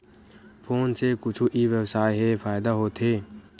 Phone से कुछु ई व्यवसाय हे फ़ायदा होथे?